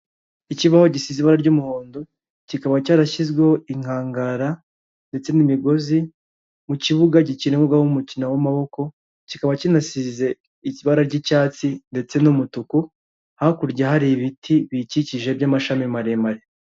Ikibaho gisize ibara ry'umuhondo, kikaba cyarashyizweho inkangara ndetse n'imigozi mu kibuga gikinirwaho umukino w'amaboko, kikaba kinasize ibara ry'icyatsi ndetse n'umutuku, hakurya hari ibiti bigikikije by'amashami maremare.